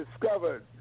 discovered